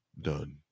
done